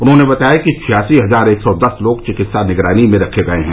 उन्होंने बताया कि छियासी हजार एक सौ दस लोग चिकित्सा निगरानी में रखे गये हैं